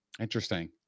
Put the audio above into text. Interesting